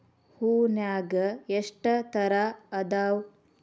ಹೂನ್ಯಾಗ ಎಷ್ಟ ತರಾ ಅದಾವ್?